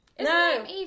No